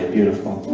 beautiful